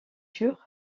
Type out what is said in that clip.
durent